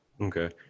Okay